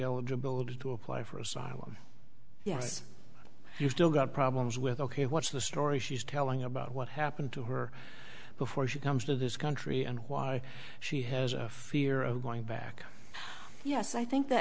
eligible to apply for asylum yes you've still got problems with ok what's the story she's telling about what happened to her before she comes to this country and why she has a fear of going back yes i think the